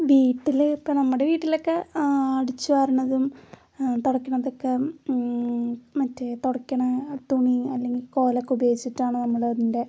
വീട്ടില് ഇപ്പം നമ്മുടെ വീട്ടിലൊക്കെ അടച്ച് വാരണതും തുടയ്ക്കുന്നതുമൊക്കെ മറ്റേ തുടയ്ക്കുന്ന തുണി അല്ലെങ്കിൽ കോലൊക്കെ ഉപയോഗിച്ചിട്ടാണ് നമ്മള് അതിൻ്റെ